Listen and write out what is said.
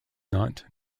not